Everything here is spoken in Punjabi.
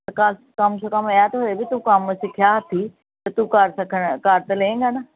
ਅਤੇ ਕ ਕਮ ਸੇ ਕਮ ਐਂ ਤਾਂ ਹੋਏ ਵੀ ਤੂੰ ਕੰਮ ਸਿੱਖਿਆ ਹੱਥੀਂ ਅਤੇ ਤੂੰ ਕਰ ਸਕਣ ਕਰ ਤਾਂ ਲਏਂਗਾ ਨਾ